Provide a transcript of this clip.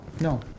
No